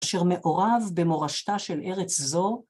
אשר מעורב במורשתה של ארץ זו.